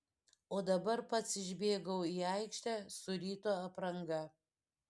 o dabar pats išbėgau į aikštę su ryto apranga